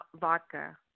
vodka